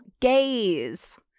gaze